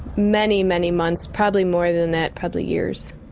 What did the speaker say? many, many months, probably more than that, probably years.